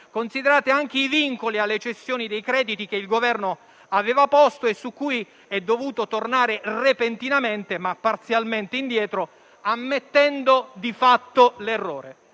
Considerate anche i vincoli alle cessioni dei crediti, che il Governo aveva posto e su cui è dovuto tornare repentinamente ma parzialmente indietro, ammettendo, di fatto, l'errore.